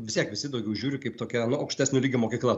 vis tiek visi daugiau žiūri kaip tokia aukštesnio lygio mokykla